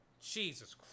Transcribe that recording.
jesus